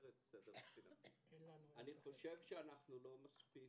אני חושב שאנחנו לא מספיק